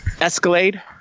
escalade